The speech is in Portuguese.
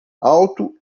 alto